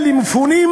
אלה מפונים,